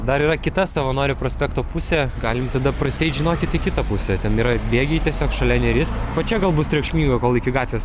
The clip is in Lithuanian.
dar yra kita savanorių prospekto pusė galim tada prasieit žinokit į kitą pusę ten yra bėgiai tiesiog šalia neris va čia gal bus triukšminga kol iki gatvės